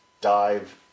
dive